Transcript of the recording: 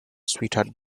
sweetheart